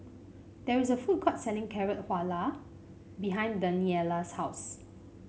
there is a food court selling Carrot Halwa behind Daniela's house